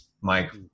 Mike